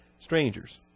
strangers